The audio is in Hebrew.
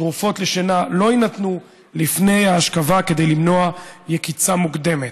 תרופות לשינה לא יינתנו לפני ההשכבה כדי למנוע יקיצה מוקדמת.